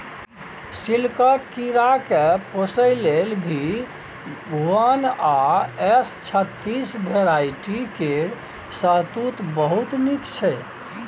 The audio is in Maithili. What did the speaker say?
सिल्कक कीराकेँ पोसय लेल भी वन आ एस छत्तीस भेराइटी केर शहतुत बहुत नीक छै